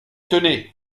tenez